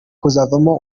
kuzavamo